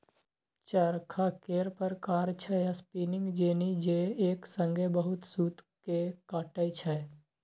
चरखा केर प्रकार छै स्पीनिंग जेनी जे एक संगे बहुत सुत केँ काटय छै